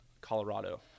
Colorado